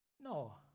No